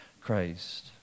Christ